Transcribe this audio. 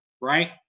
right